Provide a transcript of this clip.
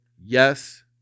Yes